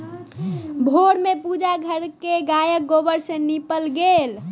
भोर में पूजा घर के गायक गोबर सॅ नीपल गेल